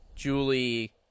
julie